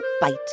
bite